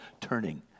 turning